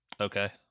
Okay